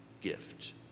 gift